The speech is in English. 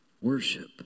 Worship